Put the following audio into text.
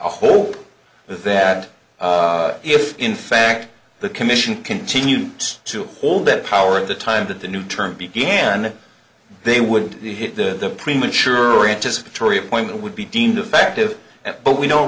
hope that if in fact the commission continues to hold that power at the time that the new term began they would hit the premature intice of a tory appointment would be deemed effective at but we don't